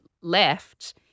left